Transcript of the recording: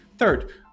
Third